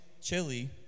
chili